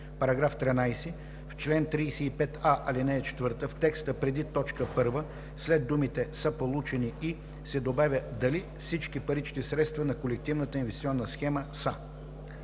§ 13. В чл. 35а, ал. 4, в текста преди т. 1 след думите „са получени и“ се добавя „дали всички парични средства на колективната инвестиционна схема са“.“